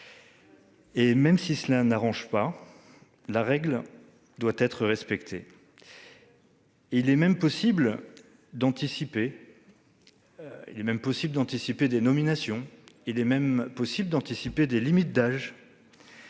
Même quand cela n'arrange pas, la règle doit être respectée. Il est possible d'anticiper des nominations, il est possible d'anticiper des limites d'âge,